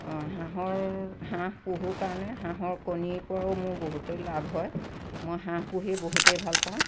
হাঁহৰ হাঁহ পোহো কাৰণে হাঁহৰ কণীৰ পৰাও মোৰ বহুতেই লাভ হয় মই হাঁহ পুহি বহুতেই ভাল পাওঁ